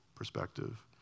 perspective